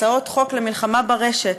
הצעות חוק למלחמה ברשת,